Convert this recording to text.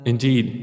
Indeed